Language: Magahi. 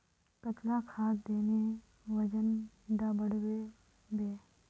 कतला खाद देले वजन डा बढ़बे बे?